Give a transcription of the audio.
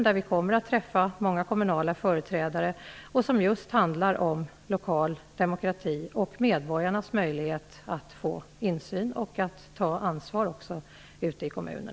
Där kommer vi att träffa många kommunala företrädare. Konferenserna skall handla om lokal demokrati och medborgarnas möjligheter till insyn och ansvar.